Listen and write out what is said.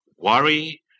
Worry